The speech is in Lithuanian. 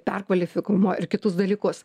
perkvalifikavimo ir kitus dalykus